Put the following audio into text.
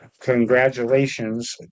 congratulations